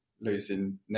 losing